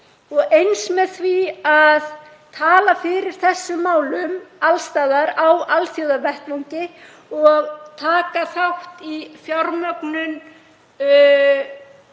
og eins með því að tala fyrir þessum málum alls staðar á alþjóðavettvangi og taka þátt í fjármögnun